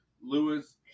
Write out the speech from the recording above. lewis